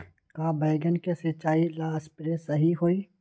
का बैगन के सिचाई ला सप्रे सही होई?